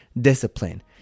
discipline